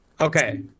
Okay